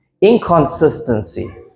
Inconsistency